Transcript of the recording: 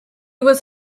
was